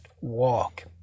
walk